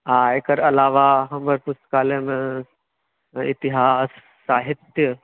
आ एकर अलावा हमर पुस्तकालयमे इतिहास साहित्य